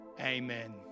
amen